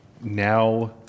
now